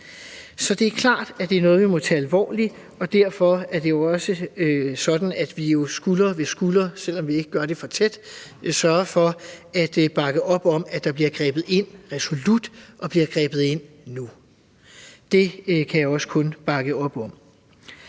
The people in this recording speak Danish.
Så det er klart, at det er noget, vi må tage alvorligt, og derfor er det også sådan, at vi skulder ved skulder, selv om vi ikke står for tæt, sørger for at bakke op om, at der bliver grebet ind resolut og bliver grebet ind nu. Det kan jeg også kun bakke op om.